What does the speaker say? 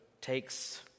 takes